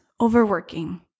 overworking